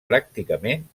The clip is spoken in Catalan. pràcticament